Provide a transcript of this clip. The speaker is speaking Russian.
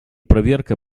проверка